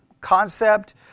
concept